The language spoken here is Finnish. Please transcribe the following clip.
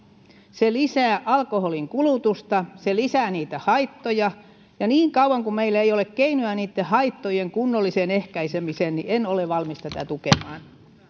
se lisää alkoholinkulutusta se lisää niitä haittoja ja niin kauan kuin meillä ei ole keinoja niitten haittojen kunnolliseen ehkäisemiseen en ole valmis tätä tukemaan